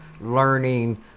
learning